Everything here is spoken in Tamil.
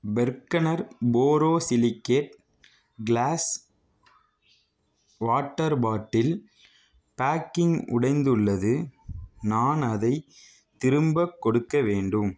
Bergner borosilicate glass water bottle packing உடைந்துள்ளது நான் அதைத் திரும்பக் கொடுக்க வேண்டும்